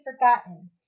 forgotten